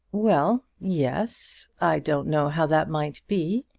well yes. i don't know how that might be.